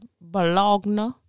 bologna